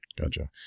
Gotcha